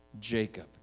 Jacob